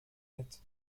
mit